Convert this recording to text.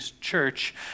church